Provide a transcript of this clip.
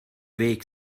weg